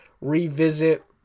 revisit